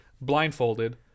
blindfolded